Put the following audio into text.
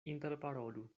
interparolu